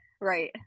right